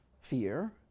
fear